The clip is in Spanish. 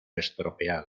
estropeado